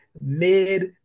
mid